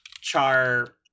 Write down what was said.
char